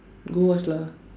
go watch lah